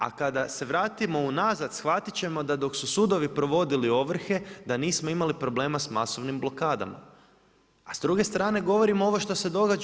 A kada se vratimo unazad shvatit ćemo da dok su sudovi provodili ovrhe da nismo imali problema sa masovnim blokadama, a s druge strane govorim ovo što se događa.